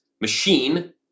machine